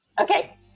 okay